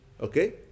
okay